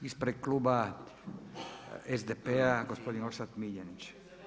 Ispred kluba SDP-a, gospodin Orsat Miljenić.